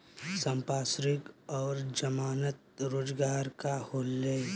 संपार्श्विक और जमानत रोजगार का होला?